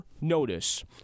notice